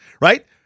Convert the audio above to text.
Right